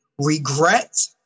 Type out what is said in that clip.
regret